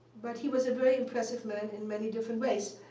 but he was a very impressive man in many different ways.